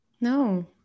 No